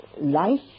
life